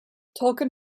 tolkien